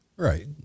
Right